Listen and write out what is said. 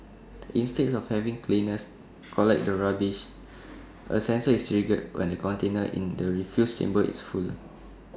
instead of having cleaners collect the rubbish A sensor is triggered when the container in the refuse chamber is full